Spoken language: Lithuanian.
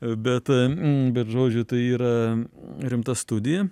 bet bet žodžiu tai yra rimta studija